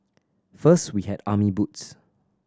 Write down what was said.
first we had army boots